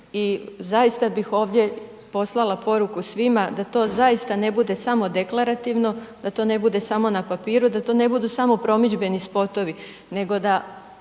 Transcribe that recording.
i zaista bih ovdje poslala poruku svima, da to zaista ne bude samo deklarativno, da to ne bude samo na papiru, da to ne budu samo promidžbeni spotovi, nego da,